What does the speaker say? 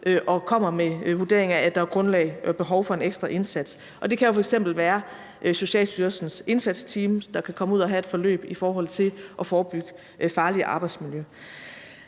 og kommer med vurderinger af, at der er grundlag og behov for en ekstra indsats. Det kan jo f.eks. være Socialstyrelsens indsatsteams, der kan komme ud at have et forløb i forhold til at forebygge farligt arbejdsmiljø.